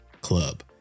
club